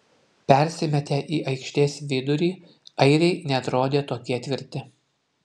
persimetę į aikštės vidurį airiai neatrodė tokie tvirti